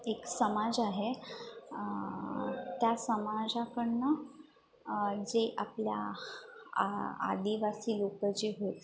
एक समाज आहे त्या समाजाकडून जे आपल्या आदिवासी लोकं जी होती